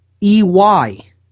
E-Y